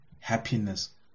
happiness